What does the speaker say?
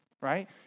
right